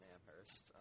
Amherst